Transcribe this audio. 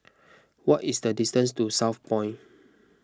what is the distance to Southpoint